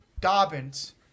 Dobbins